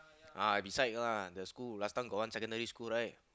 ah beside lah the school last time got one secondary school right